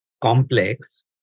complex